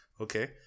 okay